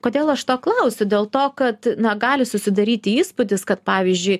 kodėl aš to klausiu dėl to kad na gali susidaryti įspūdis kad pavyzdžiui